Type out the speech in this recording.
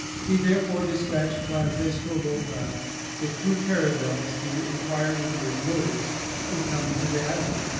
he therefore despatched francesco roldan with two caravels to inquire into his motives in coming to the island,